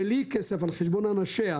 בלי כסף, על חשבון אנשיה.